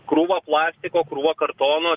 krūva plastiko krūva kartono